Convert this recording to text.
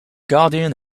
guardian